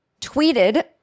tweeted